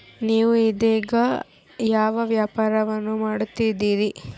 ನೇವು ಇದೇಗ ಯಾವ ವ್ಯಾಪಾರವನ್ನು ಮಾಡುತ್ತಿದ್ದೇರಿ?